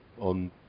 on